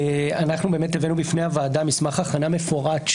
הבאנו בפני הוועדה מסמך הכנה מפורט,